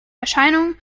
erscheinung